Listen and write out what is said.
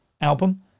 album